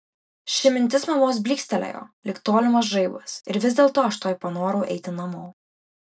ši mintis man vos blykstelėjo lyg tolimas žaibas ir vis dėlto aš tuoj panorau eiti namo